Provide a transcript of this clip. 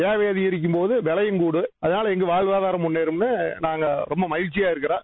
தேவை அதிரிக்கும் போது விலையும் கூடுது அகனால் எங்க வாழ்வாதாரம் முன்னேறும்னு நாங்க மகிழ்ச்சியாக இருக்கிறோம்